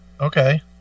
Okay